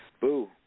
Boo